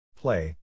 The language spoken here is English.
play